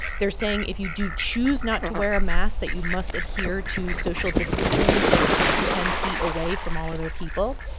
they're saying if you do choose not to wear a mask that you must adhere to social distancing and stay six to ten feet away from all other people.